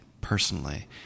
personally